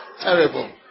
terrible